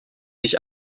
nicht